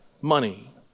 money